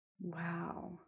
Wow